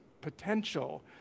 potential